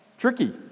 tricky